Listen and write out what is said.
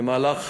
3 4. במהלך